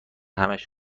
همش